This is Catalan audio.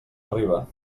arriba